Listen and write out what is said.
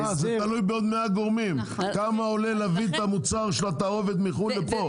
תלוי בעוד 100 גורמים .כמה עולה להביא את המוצר של התערובת מחו"ל לפה?